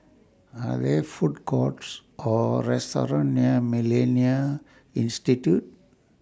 Are There Food Courts Or restaurants near Millennia Institute